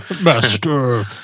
master